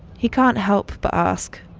he can't help but ask.